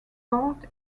part